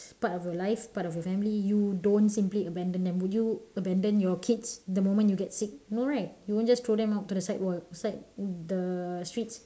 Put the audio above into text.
it's part of your life part of your family you don't simply abandon them would you abandon your kids the moment you get sick no right you won't just throw them out to the sidewalk side the streets